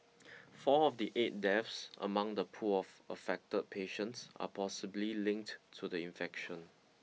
four of the eight deaths among the pool of affected patients are possibly linked to the infection